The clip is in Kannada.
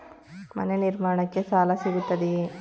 ಮನೆ ನಿರ್ಮಾಣಕ್ಕೆ ಸಾಲ ಸಿಗುತ್ತದೆಯೇ?